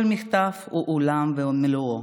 כל מכתב הוא עולם ומלואו